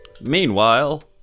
meanwhile